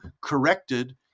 corrected